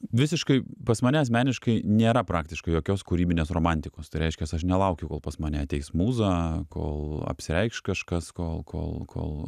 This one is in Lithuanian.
visiškai pas mane asmeniškai nėra praktiškai jokios kūrybinės romantikos tai reiškias aš nelaukiu kol pas mane ateis mūza kol apsireikš kažkas kol kol kol